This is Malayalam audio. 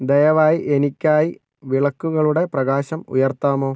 ദയവായി എനിക്കായി വിളക്കുകളുടെ പ്രകാശം ഉയർത്താമോ